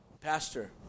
pastor